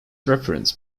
reference